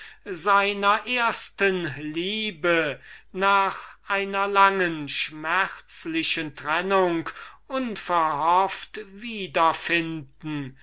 seine erste liebe nach einer langen schmerzlichen trennung unverhofft wieder